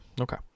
Okay